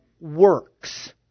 works